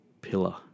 pillar